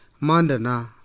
Mandana